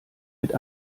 mit